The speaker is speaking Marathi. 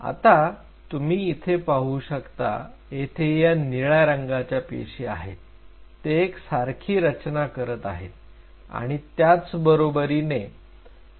आता तुम्ही इथे पाहू शकता येथे या निळ्या रंगाच्या पेशी आहेत ते एक सारखी रचना करत आहेत आणि त्याच बरोबरीने एक सारखे आवरण तयार करत आहेत